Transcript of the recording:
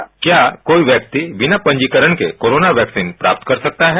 प्रस्त क्या कोई वैक्सीन बिना पंजीकरण के कोरोना वैक्सीन प्राप्त कर सकता है